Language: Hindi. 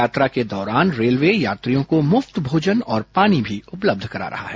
यात्रा के दौरान रेलवे यात्रियों को मुफ्त भोजन और पानी भी उपलब्ध करा रहा है